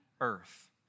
earth